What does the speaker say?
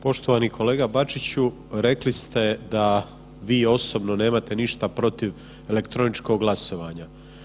Poštovani kolega Bačiću, rekli ste da vi osobno nemate ništa protiv elektroničkog glasovanja.